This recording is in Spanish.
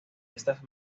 estas